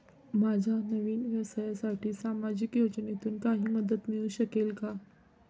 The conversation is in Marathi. माझ्या नवीन व्यवसायासाठी सामाजिक योजनेतून काही मदत मिळू शकेल का?